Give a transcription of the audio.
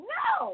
no